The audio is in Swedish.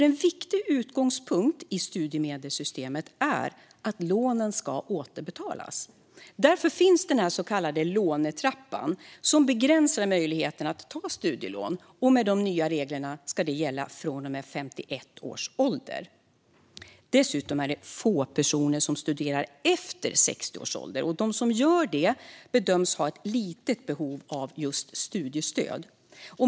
En viktig utgångspunkt i studiemedelssystemet är att lånen ska återbetalas. Därför finns den så kallade lånetrappan som begränsar möjligheten att ta studielån. Med de nya reglerna ska det gälla från och med 51 års ålder. Dessutom är det få personer som studerar efter 60 års ålder, och de som gör det bedöms ha ett litet behov av just studiestöd.